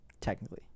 Technically